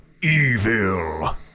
Evil